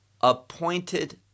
appointed